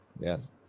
Yes